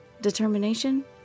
Determination